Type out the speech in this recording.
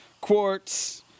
quartz